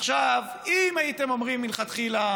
עכשיו, אם הייתם אומרים מלכתחילה: